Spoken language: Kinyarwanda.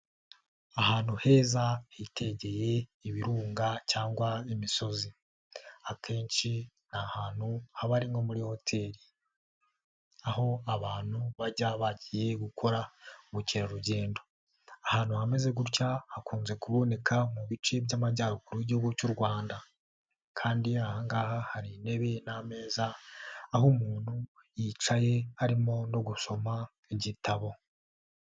Ahantu heza hitegeye ibirunga cyangwa imisozi, akenshi ni ahantu haba ari nko muri hoteli aho abantu bajya bagiye gukora ubukerarugendo, ahantu hameze gutya hakunze kuboneka mu bice by'Amajyaruguru y'Igihugu cy'u Rwanda kandi aha ngaha hari intebe n'ameza, aho umuntu yicaye arimo no gusoma igitabo.